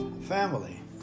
family